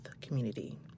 community